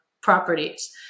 properties